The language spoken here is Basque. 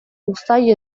uztail